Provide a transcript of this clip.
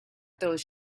those